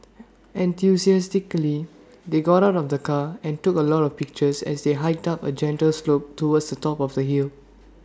enthusiastically they got out of the car and took A lot of pictures as they hiked up A gentle slope towards the top of the hill